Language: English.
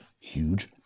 huge